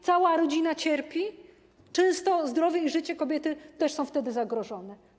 Cała rodzina cierpi, często zdrowie i życie kobiety też są wtedy zagrożone.